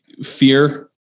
fear